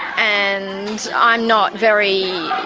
and i'm not very